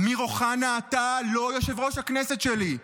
אמיר אוחנה, אתה לא יושב-ראש הכנסת שלי.